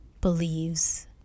believes